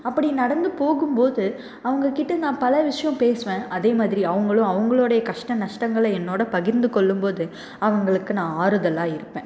அப்படி நடந்து போகும் போது அவங்க கிட்ட நான் பல விஷயம் பேசுவேன் அதே மாதிரி அவங்களும் அவங்குளுடைய கஷ்ட நஷ்டங்கள என்னோட பகிர்ந்து கொள்ளும் போது அவங்களுக்கு நான் ஆறுதல்லாக இருப்பேன்